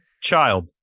Child